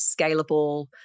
scalable